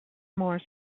more